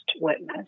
witness